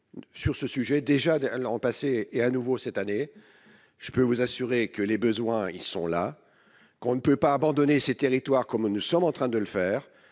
sur ce sujet, déjà l'an passé et à nouveau cette année, je peux vous assurer que les besoins, ils sont là, qu'on ne peut pas abandonner ces territoires comme nous sommes en train de le faire